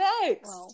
next